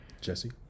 Jesse